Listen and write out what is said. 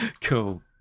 Cool